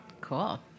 Cool